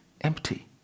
empty